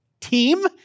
team